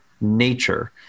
nature